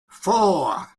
four